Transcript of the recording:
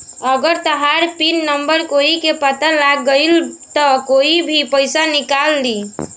अगर तहार PIN number कोई के पता लाग गइल त कोई भी पइसा निकाल ली